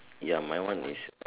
ya my one is